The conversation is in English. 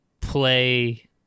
play